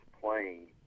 playing